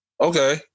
okay